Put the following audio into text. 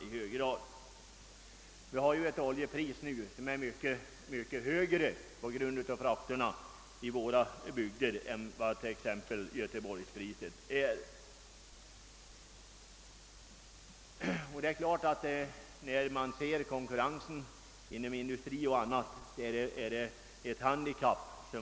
Nu har vi i våra bygder ett oljepris, som på grund av frakterna är mycket högre än oljepriset i t.ex. Göteborg. Industrielit och i andra avseenden har inlandet självfallet ett handikapp.